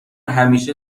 همیشه